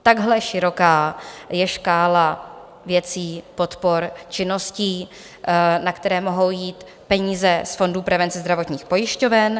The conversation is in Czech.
Takhle široká je škála věcí, podpor činností, na které mohou jít peníze z fondů prevence zdravotních pojišťoven.